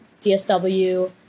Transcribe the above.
DSW